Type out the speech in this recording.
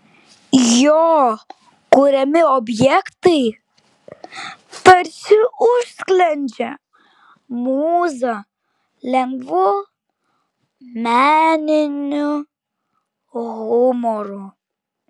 jo kuriami objektai tarsi užsklendžia mūzą lengvu meniniu humoru